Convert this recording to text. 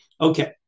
Okay